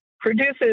produces